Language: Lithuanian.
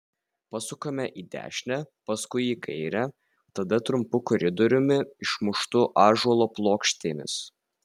pasukame į dešinę paskui į kairę tada trumpu koridoriumi išmuštu ąžuolo plokštėmis